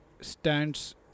stands